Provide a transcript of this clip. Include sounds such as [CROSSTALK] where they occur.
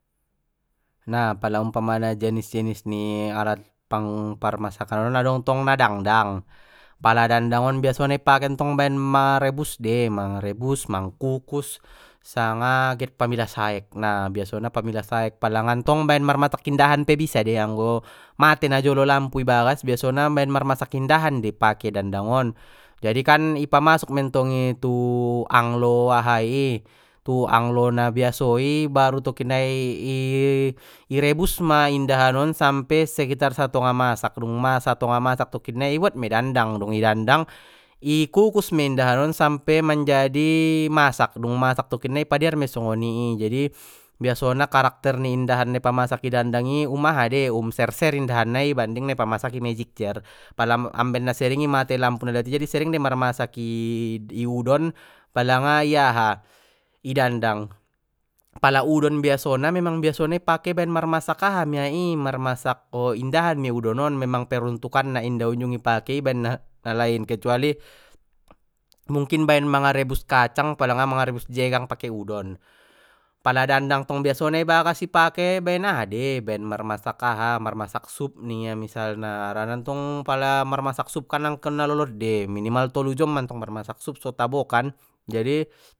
Na pala umpamana jenis jenis alat pang parmasakan on adong ntong na dandang pala dandang on biasona i pake baen ma rebus dei manga rebus mangkukus sanga get pamilas aek na biasona pamilas aek pala ngantong baen marmasak indahan pe bisa dei anggo mate najolo lampu i bagas biasona baen marmasak indahan dei i pake dandang on jadikan i pamasuk mentong i tu [HESITATION] anglo aha i tu anglo na biaso i, baru tokinnai i rebus ma indahan on sampe sekitar satonga masak dung ma satonga masak tokinnai i buat mei dandang dung idandang ikukus mei indahan on sampe manjadi masak dung masak tokinnai i padiar me soni jadi biasona karakter ni indahan na i pamasak i dandang i um aha dei um serser indahan nai banding na i pamasak i mejikjer pala amben na sering i mate lampu nalewati jadi sering dei mar masak i [HESITATION] i udon palanga i aha i dandang, pala udon biasona memang biasona i pake baen mar masak aha mia i marmasak indahan mia udon on memang peruntukkanna inda unjung ipake baen nalain kecuali, mungkin baen manga rebus kacang palanga mangerebus jegang pake udon pala dandang tong biasona i bagas ipake baen aha dei baen mar masak aha marmasak sup ningia misalna harana ntong pala mar masak sup kan angkon na lolot dei minimal tolu jom mantong marmasak sup so tabo kan jadi.